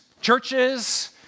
churches